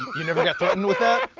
you never get threatened with that,